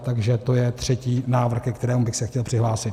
Takže to je třetí návrh, ke kterému bych se chtěl přihlásit.